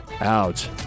out